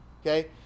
okay